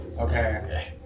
Okay